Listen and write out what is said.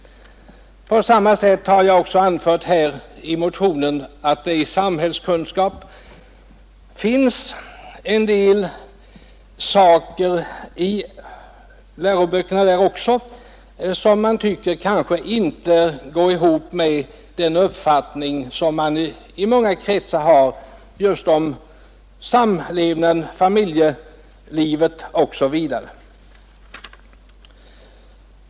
Jag har också anfört här i motionen att det i samhällskunskap finns en del saker i läroböckerna som man kanske tycker inte går ihop med den uppfattning som man i många kretsar har om samlevnaden, familjelivet osv.